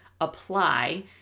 apply